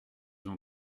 ont